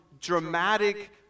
dramatic